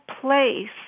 place